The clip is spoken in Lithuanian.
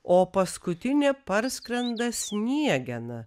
o paskutinė parskrenda sniegena